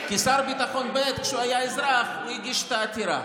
כי כששר הביטחון ב' היה אזרח הוא הגיש את העתירה,